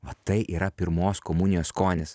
va tai yra pirmos komunijos skonis